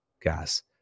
gas